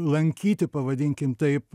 lankyti pavadinkim taip